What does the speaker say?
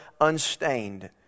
unstained